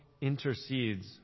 intercedes